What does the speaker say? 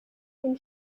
den